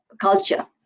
culture